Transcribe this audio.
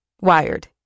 Wired